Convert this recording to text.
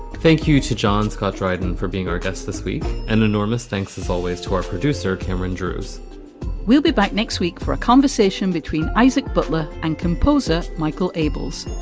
thank you to john scottrade, katrien, and for being our guest this week. an enormous thanks as always to our producer, cameron drus we'll be back next week for a conversation between isaac butler and composer michael abels.